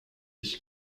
ich